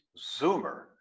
Zoomer